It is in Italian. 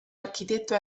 architetto